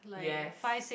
yes